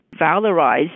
valorized